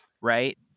right